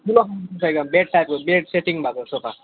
ठुलो बेड टाइपको bed setting भएको सोफा